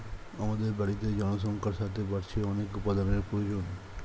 আমাদের বাড়তি জনসংখ্যার সাথে বাড়ছে অনেক উপাদানের প্রয়োজন